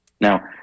Now